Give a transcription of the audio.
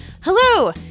Hello